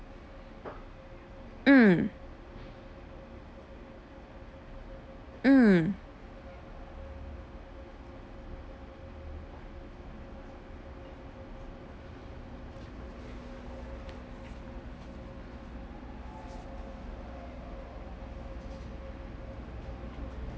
mm mm